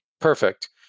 perfect